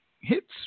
hits